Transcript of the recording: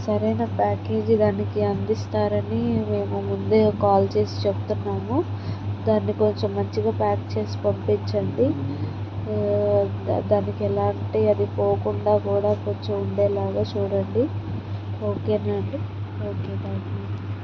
సరైన ప్యాకేజీ దానికి అందిస్తారని మేము ముందే కాల్ చేసి చెప్తున్నాను దాన్ని కొంచెం మంచిగా ప్యాక్ చేసి పంపించండి దానికి ఎలాంటి అది పోకుండా కూడా కొంచెం ఉండేలాగా చూడండి ఓకే నా అండి ఓకే థ్యాంక్ యూ